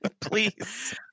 Please